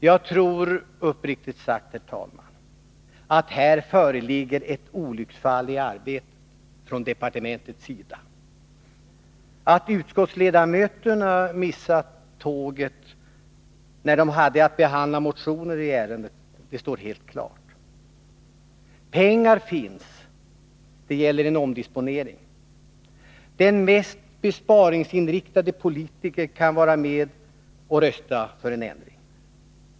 Uppriktigt sagt tror jag, herr talman, att det föreligger ett olycksfall i arbetet här från departementets sida. Att utskottsledamöterna missat tåget när de hade att behandla motioner i ärendet står helt klart. Pengar finns — det gäller en omdisponering. Den mest besparingsinriktade politiker kan vara med och rösta för en ändring.